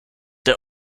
der